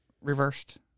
reversed